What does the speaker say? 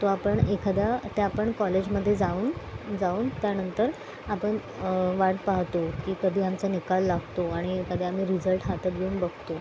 तो आपण एखाद्या ते आपण कॉलेजमध्ये जाऊन जाऊन त्यानंतर आपण वाट पाहतो की कधी आमचा निकाल लागतो आणि कधी आम्ही रिझल्ट हातात घेऊन बघतो